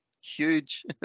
huge